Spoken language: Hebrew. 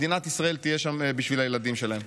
מדינת ישראל תהיה שם בשביל הילדים שלהם.